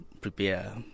prepare